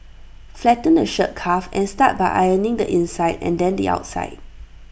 flatten the shirt cuff and start by ironing the inside and then the outside